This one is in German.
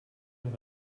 noch